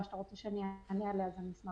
או שהם לא יודעים, או שהם מטילים.